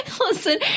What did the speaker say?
listen